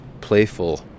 playful